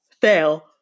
Fail